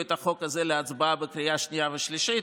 את החוק הזה להצבעה בקריאה שנייה ושלישית.